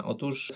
Otóż